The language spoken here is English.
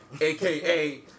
AKA